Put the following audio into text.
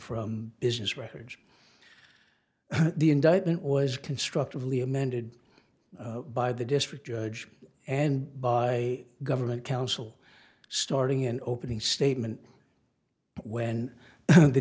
from business records the indictment was constructively amended by the district judge and by government counsel starting in opening statement when the